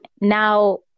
now